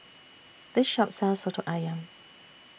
This Shop sells Soto Ayam